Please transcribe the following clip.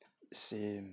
same